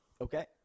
Okay